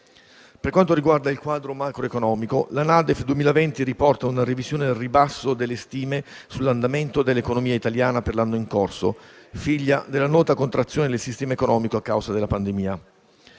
Per quanto riguarda il quadro macroeconomico, la NADEF 2020 riporta una revisione al ribasso delle stime sull'andamento dell'economia italiana per l'anno in corso, figlia della nota contrazione del sistema economico a causa della pandemia.